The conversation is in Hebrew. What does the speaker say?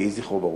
יהי זכרו ברוך.